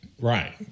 Right